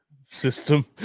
system